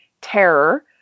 terror